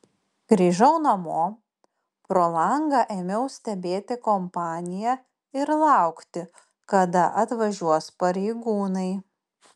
grįžau namo pro langą ėmiau stebėti kompaniją ir laukti kada atvažiuos pareigūnai